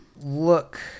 look